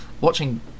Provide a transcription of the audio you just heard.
watching